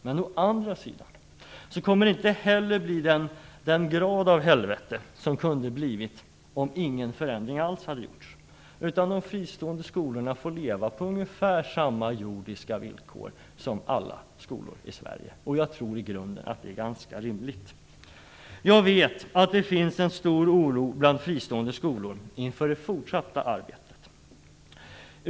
Å andra sidan kommer det inte heller att bli den grad av helvete som det kunde ha blivit om ingen förändring alls hade gjorts. De fristående skolorna får leva på ungefär samma jordiska villkor som andra skolor i Sverige. Jag tror att det är ganska rimligt. Jag vet att det finns en stor oro bland fristående skolor inför det fortsatta arbetet.